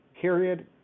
period